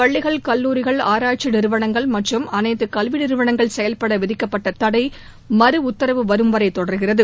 பள்ளிகள் கல்லூரிகள் ஆராய்ச்சி நிறுவனங்கள் மற்றும் அனைத்து கல்வி நிறுவனங்கள் செயல்பட விதிக்கப்பட்ட தடை மறுஉத்தரவு வரும்வரை தொடர்கிறது